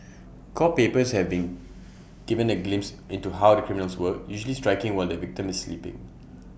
court papers have been given A glimpse into how the criminals work usually striking while the victim is sleeping